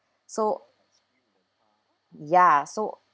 so ya so